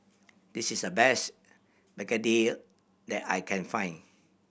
this is the best begedil that I can find